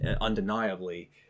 undeniably